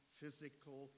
physical